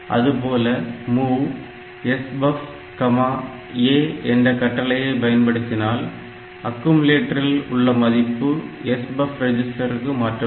அதுபோல MOV SBUFA என்ற கட்டளையை பயன்படுத்தினால் அக்கீம்லெட்டரில் உள்ள மதிப்பு SBUF ரெஜிஸ்டர்க்கு மாற்றப்படும்